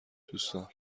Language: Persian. دوستان